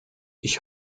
ich